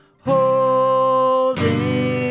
holding